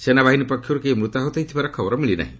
ସେନାବାହିନୀ ପକ୍ଷରୁ କେହି ମୃତାହତ ହୋଇଥିବାର ଖବର ମିଳି ନାହିଁ